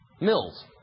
mills